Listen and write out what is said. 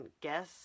guess